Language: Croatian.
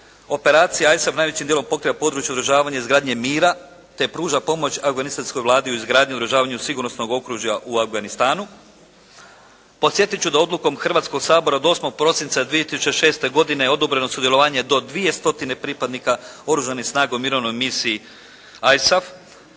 Operacija ISAF najvećim djelom pokriva područje održavanja i izgradnje mira te pruža pomoć afganistanskoj Vladi u izgradnji i održavanju sigurnosnog okružja u Afganistanu. Podsjetit ću da odlukom Hrvatskog sabora od 8. prosinca 2006. godine je odobreno sudjelovanje do 2 stotine pripadnika oružanih snaga u Mirovnoj misiji ISAF